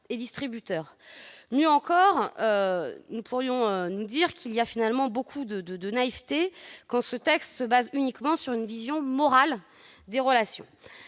et distributeurs. Mieux encore, nous pourrions nous dire qu'il y a finalement beaucoup de naïveté à faire reposer ce texte uniquement sur une vision morale des relations.